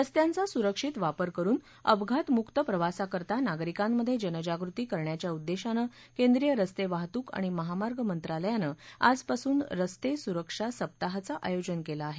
रस्त्यांचा सुरक्षित वापर करुन अपघात मुक्त प्रवासाकरता नागरिकांमध्ये जनजागृती करण्याच्या उद्देशानं केंद्रीय रस्ते वाहतूक आणि महामार्ग मंत्रालयानं आजपासून रस्ते सुरक्षा सत्पाहाचं आयोजन केलं आहे